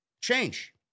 Change